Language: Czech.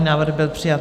Návrh byl přijat.